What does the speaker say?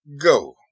Go